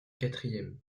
quatrième